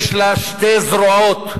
יש לה שתי זרועות,